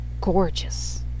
gorgeous